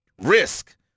risk